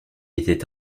était